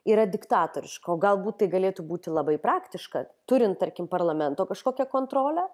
yra diktatoriška o galbūt tai galėtų būti labai praktiška turint tarkim parlamento kažkokią kontrolę